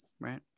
right